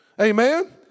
Amen